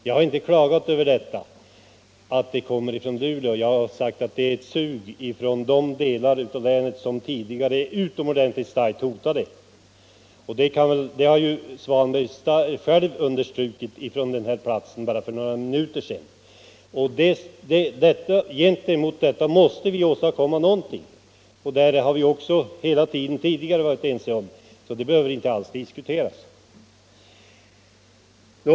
Jag har inte klagat över att det kommer från Luleå. Jag har sagt att det är ett sug från de delar av länet som tidigare varit utomordentligt starkt hotade. Det har ju herr Svanberg själv understrukit från den här platsen bara för några minuter sedan. Gentemot detta måste vi åstadkomma någonting. Det har vi också hela tiden tidigare varit ense om, det behöver inte alls diskuteras.